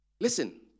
Listen